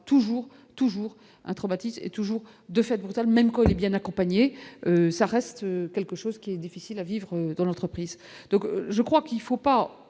toujours un traumatisme est toujours de fait brutale même bien accompagné, ça reste quelque chose qui est difficile à vivre dans l'entreprise. Donc je crois qu'il faut pas